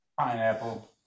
Pineapple